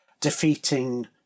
defeating